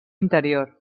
interior